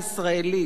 הוא התעקש,